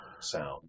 sound